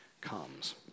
comes